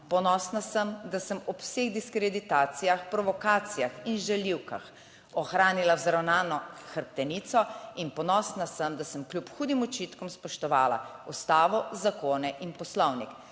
ponosna sem, da sem ob vseh diskreditacijah, provokacijah in žaljivkah ohranila vzravnano hrbtenico in ponosna sem, da sem kljub hudim očitkom spoštovala Ustavo, zakone in Poslovnik